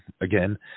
again